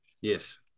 Yes